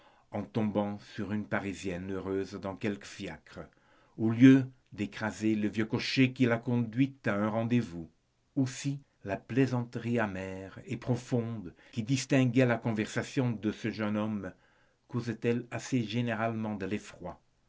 en tombant sur une parisienne heureuse dans quelque fiacre au lieu d'écraser le vieux cocher qui la conduit à un rendez-vous aussi la plaisanterie amère et profonde qui distinguait la conversation de ce jeune homme causait elle assez généralement de l'effroi